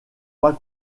pas